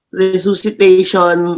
resuscitation